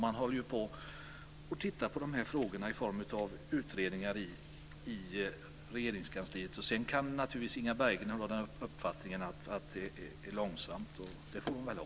Man tittar ju på de här frågorna i utredningar i Regeringskansliet. Sedan kan naturligtvis Inga Berggren ha den uppfattningen att det går långsamt, och det får hon väl ha.